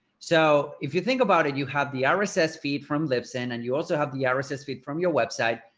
so if you think about it, you have the ah rss ah rss feed from lipson and you also have the yeah rss rss feed from your website,